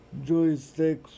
joysticks